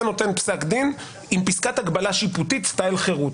נותן פסק דין עם פסקת הגבלה שיפוטית סטייל חירות.